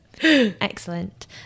Excellent